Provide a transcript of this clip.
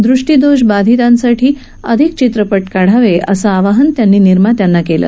दृष्टी दोष बाधितांसाठी अधिक चित्रपट काढावे असं आवाहन त्यांनी निर्मात्यांना केलं